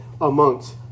amongst